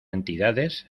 entidades